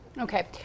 okay